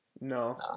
No